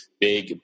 big